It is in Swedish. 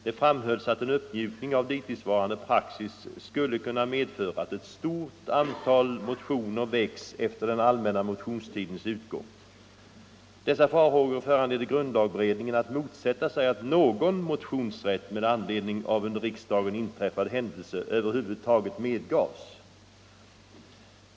Det framhölls att en uppmjukning av dittillsvarande praxis skulle kunna medföra att ett stort antal motioner väcks efter den allmänna motionstidens utgång. Dessa farhågor föranledde grundberedningen att motsätta sig att någon motionsrätt med anledning av under riksdagen inträffad händelse över huvud taget medgavs.